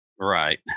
Right